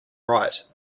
right